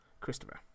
Christopher